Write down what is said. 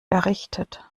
errichtet